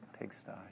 pigsty